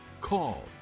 call